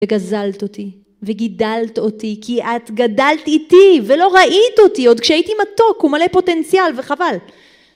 וגזלת אותי, וגידלת אותי, כי את גדלת איתי ולא ראית אותי, עוד כשהייתי מתוק ומלא פוטנציאל וחבל.